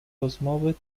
rozmowy